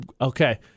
Okay